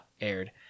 aired